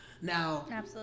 Now